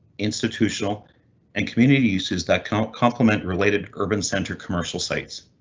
institutional and community uses that kind of compliment related urban center commercial sites.